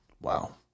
Wow